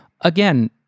Again